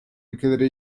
ülkeleri